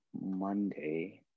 Monday